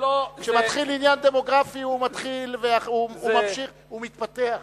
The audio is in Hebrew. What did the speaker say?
כשמתחיל עניין דמוגרפי הוא ממשיך ומתפתח.